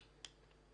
תודה.